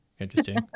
interesting